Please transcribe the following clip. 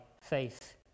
faith